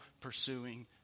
pursuing